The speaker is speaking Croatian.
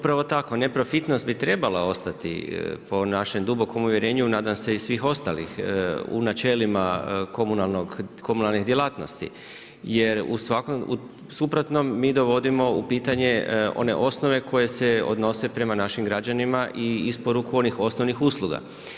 Upravo tako, neprofitnost bi trebalo ostati po našem dubokom uvjerenju, nadam se i svih ostalih u načelima komunalnih djelatnosti, jer u suprotnom mi dovodimo u pitanju, one osnove koje se odnose prema našim građanima i isporuku onih ostalih usluga.